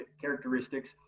characteristics